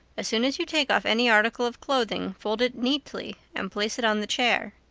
as soon as you take off any article of clothing fold it neatly and place it on the chair.